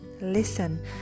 Listen